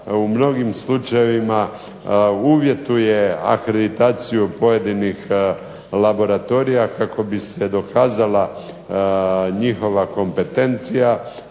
u mnogim slučajevima uvjetuje akreditaciju pojedinih laboratorija, kako bi se dokazala njihova kompetencija